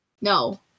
no